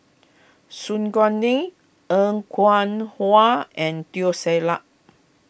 Su Guaning Er Kwong Wah and Teo Ser Luck